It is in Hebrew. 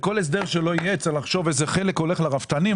בכל הסדר שלא יהיה צריך לחשוב איזה חלק הולך לרפתנים,